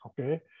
okay